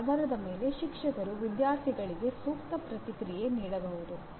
ಅದರ ಆಧಾರದ ಮೇಲೆ ಶಿಕ್ಷಕರು ವಿದ್ಯಾರ್ಥಿಗಳಿಗೆ ಸೂಕ್ತ ಪ್ರತಿಕ್ರಿಯೆ ನೀಡಬಹುದು